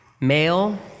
Male